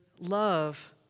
love